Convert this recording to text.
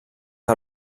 que